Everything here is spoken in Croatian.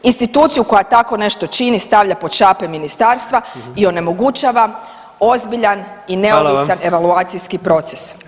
Instituciju koja tako nešto čini stavlja pod šape ministarstva i onemogućava ozbiljan i neovisan [[Upadica: Hvala vam.]] evaluacijski proces.